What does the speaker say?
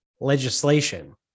legislation